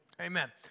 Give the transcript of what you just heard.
Amen